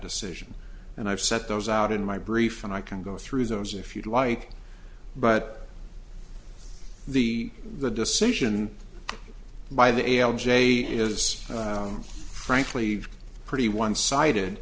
decision and i've set those out in my brief and i can go through those if you like but the the decision by the ale jay is frankly pretty one sided